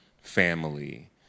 family